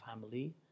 family